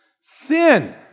Sin